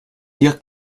dire